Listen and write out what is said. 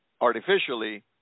artificially